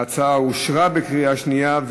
ההצעה אושרה בקריאה שנייה.